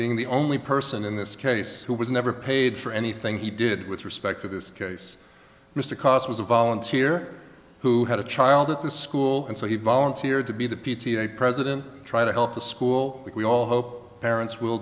being the only person in this case who was never paid for anything he did with respect to this case mr kos was a volunteer who had a child at the school and so he volunteered to be the p t a president try to help the school that we all hope parents will